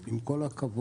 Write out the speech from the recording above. היום, עם כל הכבוד.